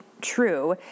True